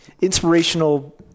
inspirational